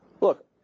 look